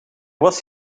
was